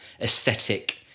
aesthetic